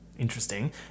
Interesting